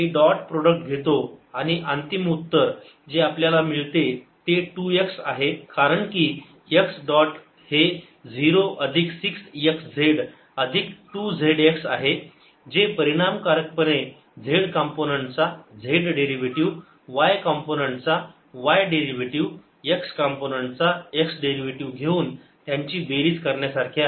मी dot product घेतो आणि अंतिम उत्तर जे आपल्याला मिळते ते 2 x आहे कारण की x डॉट z हे 0 अधिक 6 x z अधिक 2 z x आहे जे परिणामकारकपणे z कंपोनंन्ट चा z डेरिव्हेटिव्ह y कंपोनंन्ट चा y डेरिव्हेटिव्ह x कंपोनंन्ट चा x डेरिव्हेटिव्ह घेऊन त्यांची बेरीज करण्यासारखे आहे